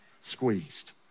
squeezed